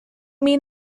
mean